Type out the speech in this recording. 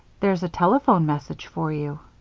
there's a telephone message for you